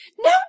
No